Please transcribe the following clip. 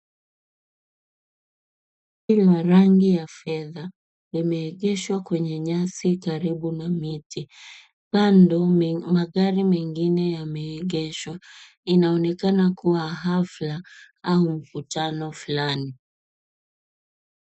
Gari ya rangi ya fedha limeegeshwa kwenye nyasi karibu na miti. Kando magari mengine yameegeshwa inaonekana kuwa hafla au mkutano fulani.